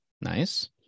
Nice